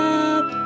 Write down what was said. up